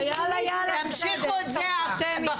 תמשיכו את זה בחוץ.